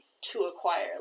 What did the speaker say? to-acquire